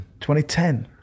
2010